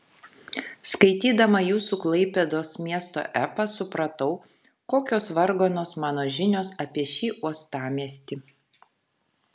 skaitydama jūsų klaipėdos miesto epą supratau kokios varganos mano žinios apie šį uostamiestį